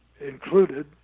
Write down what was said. included